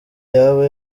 yaba